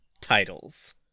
titles